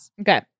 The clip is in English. Okay